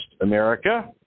America